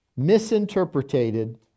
misinterpreted